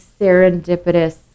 serendipitous